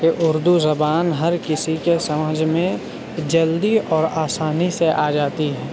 کہ اردو زبان ہر کسی کے سمجھ میں جلدی اور آسانی سے آجاتی ہے